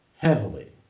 Heavily